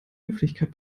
höflichkeit